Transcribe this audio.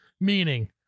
Meaning